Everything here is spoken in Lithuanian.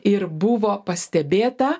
ir buvo pastebėta